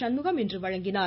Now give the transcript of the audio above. சண்முகம் இன்று வழங்கினார்